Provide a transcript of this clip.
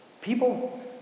people